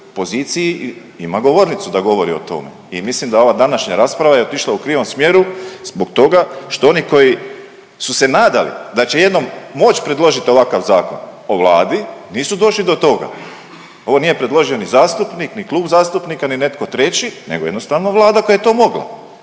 poziciji i ima govornicu da govori o tome. I mislim da ova današnja rasprava je otišla u krivom smjeru zbog toga što oni koji su se nadali da će jednom moći predložiti ovakav Zakon o Vladi nisu došli do toga. Ovo nije predloženi zastupnik, ni klub zastupnika, ni netko treći, nego jednostavno Vlada koja je to mogla.